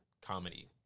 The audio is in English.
comedy